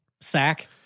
sack